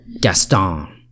Gaston